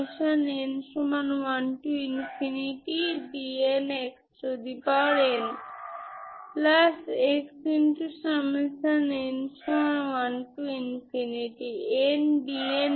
আমি আপনাকে একটি সিঙ্গুলার স্টর্ম লিওভিলে সিস্টেমের একটি উদাহরণ দেব যা থেকে আপনি যদি ইগেনভ্যালুস এবং আবার ফাংশন খুঁজে পান তবে আপনি সেখানে একটি ফোরিয়ার সিরিজও পেতে পারেন